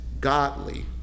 godly